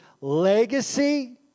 legacy